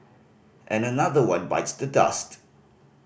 and another one bites the dust